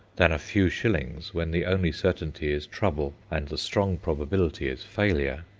than a few shillings when the only certainty is trouble and the strong probability is failure.